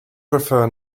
prefer